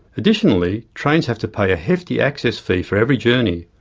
additionally, trains have to pay a hefty access fee for every journey,